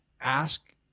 ask